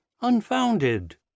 unfounded